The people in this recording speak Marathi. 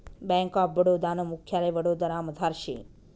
बैंक ऑफ बडोदा नं मुख्यालय वडोदरामझार शे